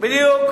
בדיוק.